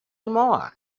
more